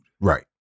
Right